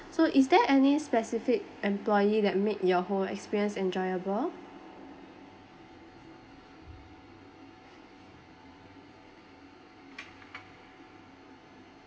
so is there any specific employee that made your whole experience enjoyable